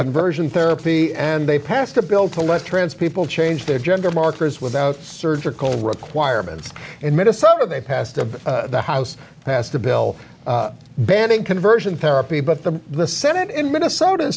conversion therapy and they passed a bill to let trans people change their gender markers without surgical requirements in minnesota they passed the house passed a bill banning conversion therapy but the the senate in minnesota